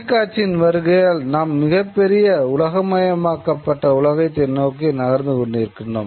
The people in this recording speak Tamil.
தொலைக்காட்சியின் வருகையால் நாம் மிகப்பெரிய உலகமயமாக்கப்பட்ட உலகத்தை நோக்கி நகர்ந்து கொண்டிருக்கிறோம்